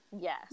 yes